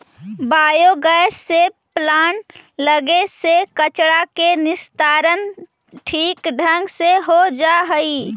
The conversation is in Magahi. बायोगैस के प्लांट लगे से कचरा के निस्तारण ठीक ढंग से हो जा हई